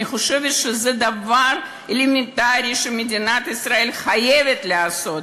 אני חושבת שזה דבר אלמנטרי שמדינת ישראל חייבת לעשות.